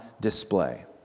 display